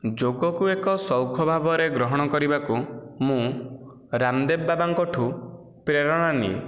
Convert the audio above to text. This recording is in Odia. ଯୋଗକୁ ଏକ ସୌଖ ଭାବରେ ଗ୍ରହଣ କରିବାକୁ ମୁଁ ରାମଦେବ ବାବାଙ୍କ ଠୁ ପ୍ରେରଣା ନିଏ